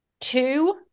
two